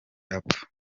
apfa